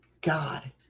God